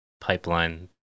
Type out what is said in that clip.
pipeline